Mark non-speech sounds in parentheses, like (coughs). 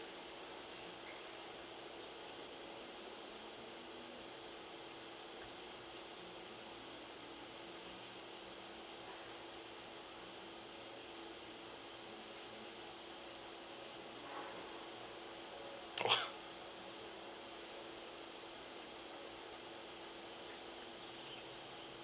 (coughs) oh